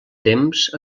temps